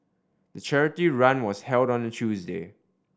the charity run was held on a Tuesday